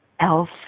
else